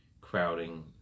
crowding